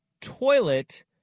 toilet